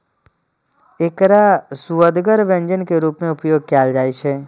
एकरा सुअदगर व्यंजन के रूप मे उपयोग कैल जाइ छै